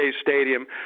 Stadium